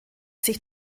sich